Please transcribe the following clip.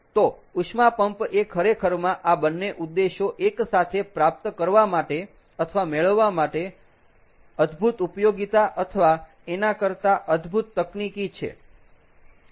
તો ઉષ્મા પંપ એ ખરેખરમાં આ બંને ઉદ્દેશો એક સાથે પ્રાપ્ત કરવા માટે અથવા મેળવવા માટે અદ્ભુત ઉપયોગીતા અથવા એના કરતા અદભુત તકનીકી છે